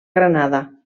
granada